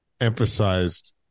emphasized